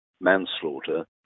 manslaughter